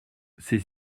c’est